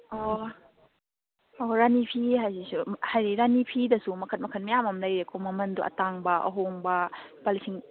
ꯑꯣ ꯍꯣ ꯍꯣ ꯔꯥꯅꯤ ꯐꯤ ꯍꯥꯏꯁꯤꯁꯨ ꯍꯥꯏꯗꯤ ꯔꯥꯅꯤ ꯐꯤꯗꯨꯁꯨ ꯃꯈꯟ ꯃꯈꯟ ꯃꯌꯥꯝ ꯑꯃ ꯂꯩꯌꯦꯀꯣ ꯃꯃꯟꯗꯣ ꯑꯇꯥꯡꯕ ꯑꯍꯣꯡꯕ ꯂꯨꯄꯥ ꯂꯤꯁꯤꯡ